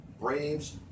Braves